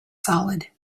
solid